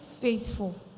faithful